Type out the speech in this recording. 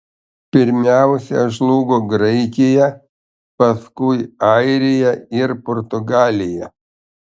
pirmiausia žlugo graikija paskui airija ir portugalija